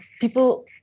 people